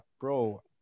bro